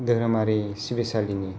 दोहोरोमारि सिबिसालिनि